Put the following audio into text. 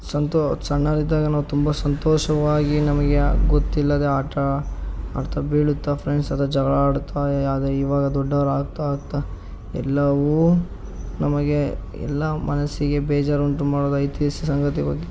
ಸಂತು ಸಣ್ಣವರಿದ್ದಾಗ ನಾವು ತುಂಬ ಸಂತೋಷವಾಗಿ ನಮಗೆ ಗೊತ್ತಿಲ್ಲದೆ ಆಟ ಆಡ್ತಾ ಬೀಳುತ್ತಾ ಫ್ರೆಂಡ್ಸ್ ಜೊತೆ ಜಗಳ ಆಡ್ತಾ ಆದರೆ ಇವಾಗ ದೊಡ್ಡವರಾಗ್ತಾ ಆಗ್ತಾ ಎಲ್ಲವೂ ನಮಗೆ ಎಲ್ಲ ಮನಸ್ಸಿಗೆ ಬೇಜಾರುಂಟು ಮಾಡುವುದು ಐತಿಹಾಸಿಕ ಸಂಗತಿಯ ಬಗ್ಗೆ